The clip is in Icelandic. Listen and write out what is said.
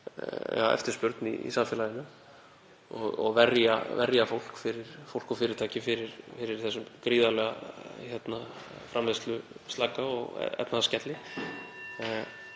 uppi eftirspurn í samfélaginu og verja fólk og fyrirtæki fyrir þessum gríðarlega framleiðsluslaka og efnahagsskelli.